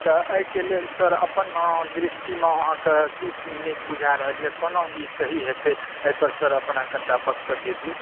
तऽ एहिके लेल सर अपन अहाँकेँ दृष्टिमे अहाँकऽ नीक बुझाय रहल यऽ कोना ई सही हेतैक एहि पर सर अपन कनिटा वक्तव्य दियौ